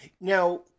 Now